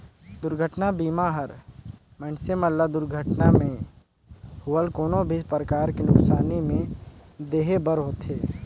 दुरघटना बीमा हर मइनसे मन ल दुरघटना मे होवल कोनो भी परकार के नुकसानी में देहे बर होथे